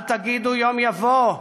אל תגידו יום יבוא,